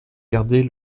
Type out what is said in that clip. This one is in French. garder